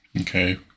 Okay